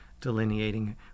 delineating